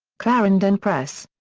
clarendon press.